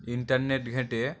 internet ঘেঁটে